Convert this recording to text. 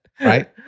Right